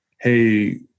Hey